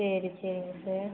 சரி சரிங்க சார்